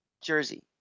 Jersey